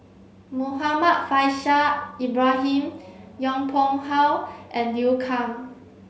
Muhammad Faishal Ibrahim Yong Pung How and Liu Kang